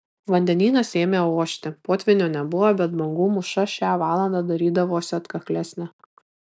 vandenynas ėmė ošti potvynio nebuvo bet bangų mūša šią valandą darydavosi atkaklesnė